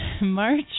March